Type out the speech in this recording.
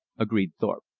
agreed thorpe.